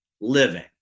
living